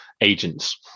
agents